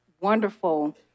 wonderful